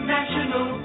National